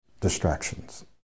distractions